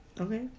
Okay